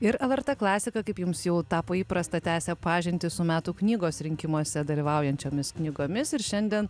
ir lrt klasika kaip jums jau tapo įprasta tęsia pažintį su metų knygos rinkimuose dalyvaujančiomis knygomis ir šiandien